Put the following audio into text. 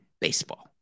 baseball